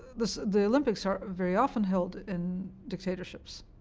the the olympics aren't very often held in dictatorships,